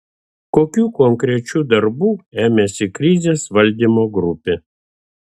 kokių konkrečių darbų ėmėsi krizės valdymo grupė